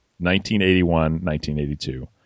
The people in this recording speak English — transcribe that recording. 1981-1982